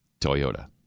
Toyota